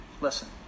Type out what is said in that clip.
Listen